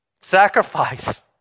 Sacrifice